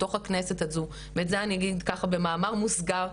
בתוך הכנסת הזו ואת זה אני אגיד ככה במאמר מוסגר,